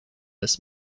this